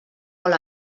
molt